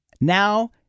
Now